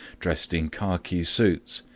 dressed in khaki suits,